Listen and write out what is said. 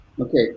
okay